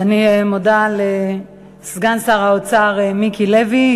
אני מודה לסגן שר האוצר מיקי לוי.